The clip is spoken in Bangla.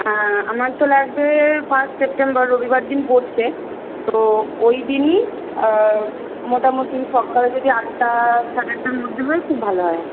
হ্যাঁ আমার তো লাগবে ফার্স্ট সেপ্টেম্বর রবিবার দিন পড়ছে তো ওই দিনই মোটামোটি সকাল যদি আটটা সাড়ে আটটার মধ্যে হয় খুবই ভালো হয়